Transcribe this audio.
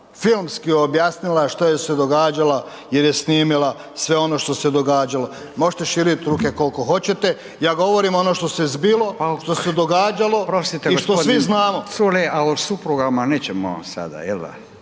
filmski objasnila što joj je se događalo jer je snimila sve ono što se događalo. Možete širiti ruke koliko hoćete, ja govorim ono što se zbilo, što se događalo i što svi znamo…